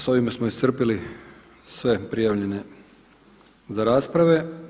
S ovime smo iscrpili sve prijavljene za rasprave.